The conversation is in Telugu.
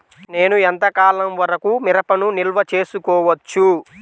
నేను ఎంత కాలం వరకు మిరపను నిల్వ చేసుకోవచ్చు?